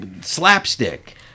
slapstick